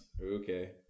okay